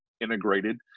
integrated